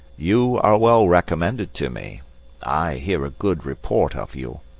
you are well recommended to me i hear a good report of you.